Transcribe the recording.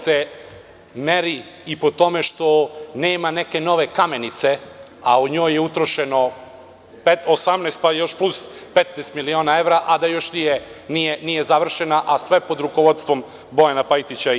se meri i po tome što nema neke nove Kamenice, a u nju je utrošeno 18, pa još plus 15 miliona evra, a da još nije završena, a sve pod rukovodstvom Bojana Pajtića i DS.